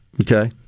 Okay